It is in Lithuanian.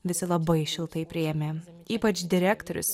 visi labai šiltai priėmė ypač direktorius